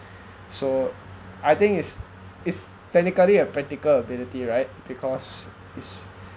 so I think is is technically a practical ability right because it's